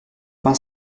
peint